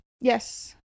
Yes